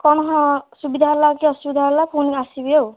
କ'ଣ ହଁ ସୁବିଧା ହେଲା କି ଅସୁବିଧା ହେଲା ପୁଣି ଆସିବି ଆଉ